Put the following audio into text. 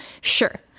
Sure